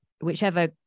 whichever